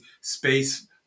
space